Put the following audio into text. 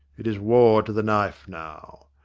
it is war to the knife now.